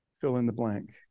fill-in-the-blank